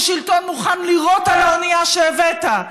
ששלטון מוכן לירות על האונייה שהבאת,